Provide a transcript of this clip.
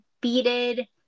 beaded